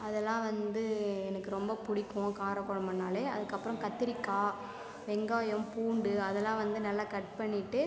அதெல்லாம் வந்து எனக்கு ரொம்ப பிடிக்கும் கார குழம்புனாலே அதுக்கு அப்புறம் கத்திரிக்காய் வெங்காயம் பூண்டு அதெலாம் வந்து நல்லா கட் பண்ணிவிட்டு